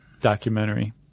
Documentary